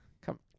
Come